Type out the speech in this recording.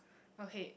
okay